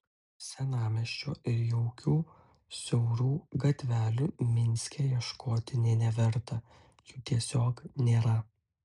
senamiesčio ir jaukių siaurų gatvelių minske ieškoti nė neverta jų tiesiog nėra